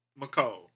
McCall